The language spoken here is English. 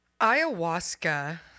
Ayahuasca